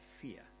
fear